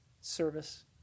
service